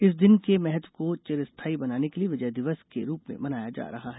इसे दिन के महत्व को चिरस्थायी बनाने के लिये विजय दिवस के रूप में मनाया जा रहा है